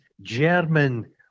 German